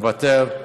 מוותר,